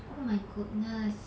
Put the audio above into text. oh my goodness